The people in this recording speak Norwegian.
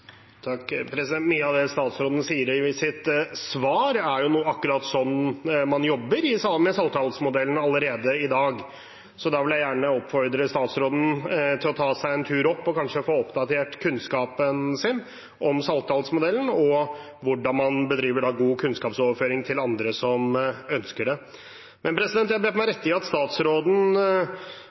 Mye av det statsråden sier i sitt svar, er jo akkurat slik man jobber med Saltdalsmodellen allerede i dag, så da vil jeg gjerne oppfordre statsråden til å ta seg en tur opp og kanskje få oppdatert kunnskapen sin om Saltdalsmodellen og hvordan man bedriver god kunnskapsoverføring til andre som ønsker det. Jeg bet meg merke i at statsråden